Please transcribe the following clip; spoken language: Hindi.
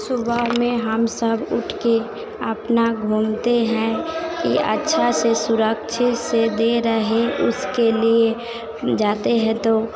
सुबह में हम सब उठकर अपना घूमते हैं कि अच्छा से सुरक्षित से दे रहें उसके लिए हम जाते हैं तो